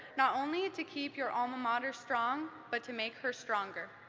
not only to keep your alma mater strong, but to make her stronger.